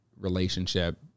relationship